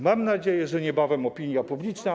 Mam nadzieję, że niebawem opinia publiczna.